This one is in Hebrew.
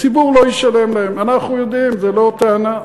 הציבור לא ישלם להם, אנחנו יודעים, זו לא טענה.